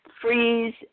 freeze